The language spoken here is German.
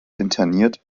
interniert